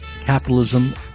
Capitalism